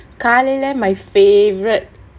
காலையில:kalaiyila my favourite